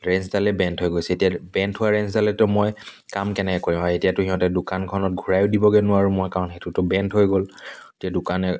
ৰেঞ্চডালে bent হৈ গৈছে এতিয়া বেণ্ট হোৱা ৰেঞ্চডালেতো মই কাম কেনেকৈ কৰিম আৰু এতিয়াতো সিহঁতে দোকানখনত ঘূৰায়ো দিবগৈ নোৱাৰোঁ মই কাৰণ সেইটোতো বেণ্ট হৈ গ'ল এতিয়া দোকানে